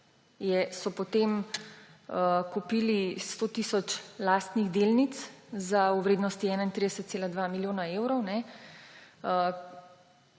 so potem kupili 100 tisoč lastnih delnic v vrednosti 31,2 milijona evrov.